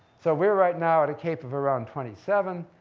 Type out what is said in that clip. so we're, right now, at a cape of around twenty seven,